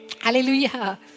Hallelujah